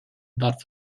about